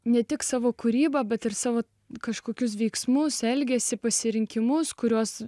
ne tik savo kūrybą bet ir savo kažkokius veiksmus elgesį pasirinkimus kuriuos